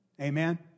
Amen